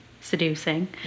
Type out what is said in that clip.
seducing